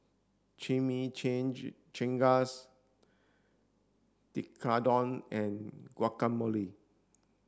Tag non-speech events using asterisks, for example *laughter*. *unintelligible* Tekkadon and Guacamole